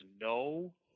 no